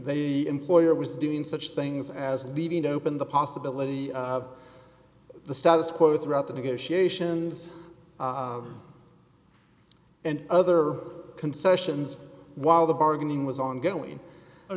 they employer was doing such things as leaving open the possibility of the status quo throughout the negotiations and other concessions while the bargaining was ongoing or